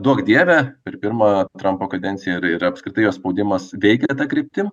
duok dieve per pirmą trampo kadenciją ir ir apskritai jo spaudimas veikė ta kryptim